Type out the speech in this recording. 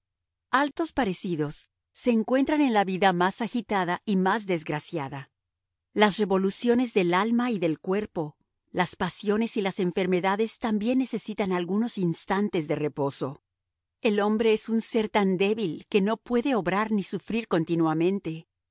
altos parecidos se encuentran en la vida más agitada y más desgraciada las revoluciones del alma y del cuerpo las pasiones y las enfermedades también necesitan algunos instantes de reposo el hombre es un ser tan débil que no puede obrar ni sufrir continuamente